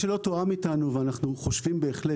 מה שלא תואם איתנו ואנחנו חושבים בהחלט